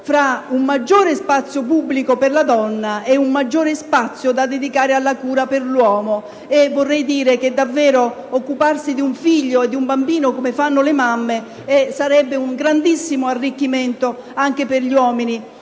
tra un maggiore spazio pubblico per la donna e un maggiore spazio da dedicare alla cura per l'uomo: occuparsi di un figlio, di un bambino come fanno le mamme sarebbe davvero un grandissimo arricchimento anche per gli uomini.